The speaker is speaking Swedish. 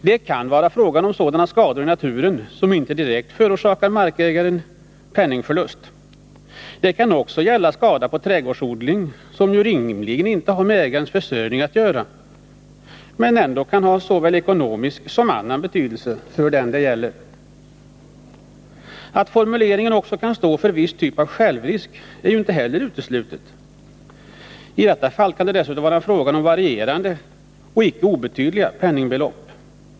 Det kan vara fråga om sådana skador i naturen som inte direkt förorsakar markägaren penningförluster. Det kan också avse skada på trädgårdsodling som rimligen inte har med ägarens försörjning att göra men ändå kan ha såväl ekonomisk som annan betydelse för den det gäller. Att formuleringen kan stå för viss typ av självrisk är inte heller uteslutet. I detta fall kan det dessutom vara fråga om varierande och icke obetydliga penningbelopp.